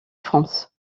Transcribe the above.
france